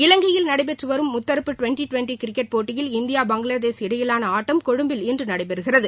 இலங்கையில் நடைபெற்றுவரும் முத்தரப்பு டுவெண்டி டுவெண்டி கிரிக்கெட் போட்டியில் இந்தியா பங்களாதேஷ் இடையிலான ஆட்டம் கொழும்பில் இன்று நடைபெறுகிறது